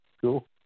cool